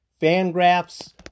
Fangraphs